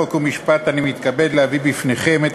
חוק ומשפט אני מתכבד להביא בפניכם את